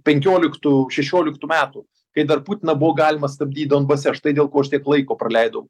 penkioliktų šešioliktų metų kai dar putiną buvo galima stabdyt donbase štai dėl ko aš tiek laiko praleidau